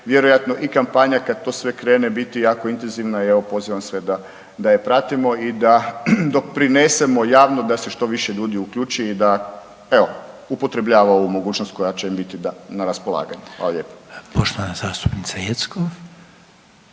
vjerojatno i kampanja kad to sve krene biti jako intenzivna i evo pozivam sve da je pratimo i doprinesemo javno da se što više ljudi uključi i da evo upotrebljava ovu mogućnost koja će im biti na raspolaganju. Hvala lijepo. **Reiner, Željko